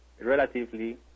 relatively